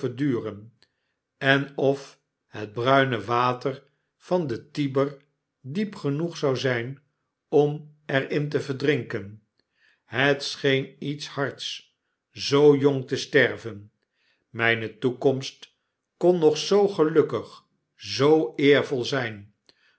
verduren en of het bruine water van den tiber diep genoeg zou zijn om er in te verdrinken het scheen iets hards zoo jong te sterven myne toekomst kon nog zoo gelukkig zoo eervol zyn